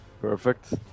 Perfect